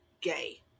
gay